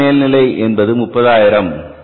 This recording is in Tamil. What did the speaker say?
நிலையான மேல்நிலை என்பது 30000